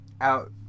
Out